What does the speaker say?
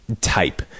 type